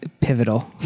pivotal